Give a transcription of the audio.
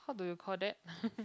how do you call that